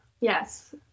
Yes